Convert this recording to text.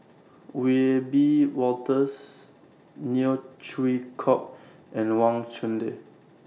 Wiebe Wolters Neo Chwee Kok and Wang Chunde